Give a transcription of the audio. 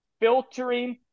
filtering